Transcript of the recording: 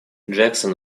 jackson